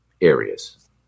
areas